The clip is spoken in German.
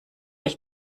ich